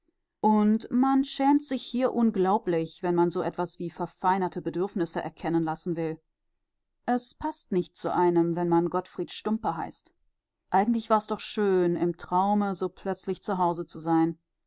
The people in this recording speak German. und man schämt sich hier unglaublich wenn man so etwas wie verfeinerte bedürfnisse erkennen lassen will es paßt nicht zu einem wenn man gottfried stumpe heißt eigentlich war's doch schön im traume so plötzlich zu hause zu sein